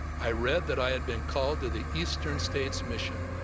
i read that i had been called to the eastern states mission,